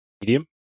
medium